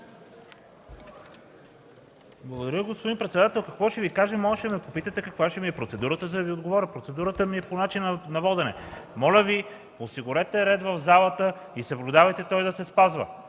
Благодаря. Господин председател, какво ще Ви кажа? Можеше да ме попитате каква ми е процедурата, за да Ви отговаря. Процедурата ми е по начина на водене. Моля, осигурете ред в залата и съблюдавайте той да се спазва.